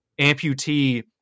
amputee